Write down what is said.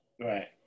Right